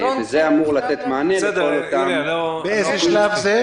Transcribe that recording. זה אמור לתת מענה לכל אותם עסקים --- באיזה שלב זה?